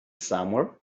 somewhere